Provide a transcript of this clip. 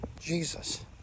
Jesus